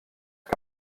que